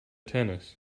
tennis